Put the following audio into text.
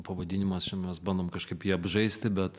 pavadinimas čia mes bandom kažkaip jį apžaisti bet